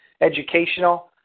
educational